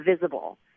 visible